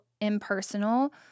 impersonal